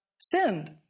send